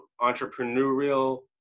entrepreneurial